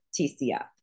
TCF